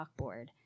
chalkboard